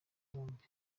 yombi